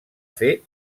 fer